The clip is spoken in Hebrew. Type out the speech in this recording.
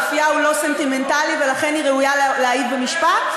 אופייה הוא לא סנטימנטלי ולכן היא ראויה להעיד במשפט?